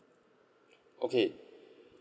okay